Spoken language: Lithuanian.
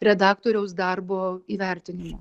redaktoriaus darbo įvertinimo